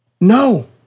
No